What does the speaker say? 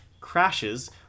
crashes